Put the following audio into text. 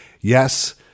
yes –